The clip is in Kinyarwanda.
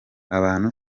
abantu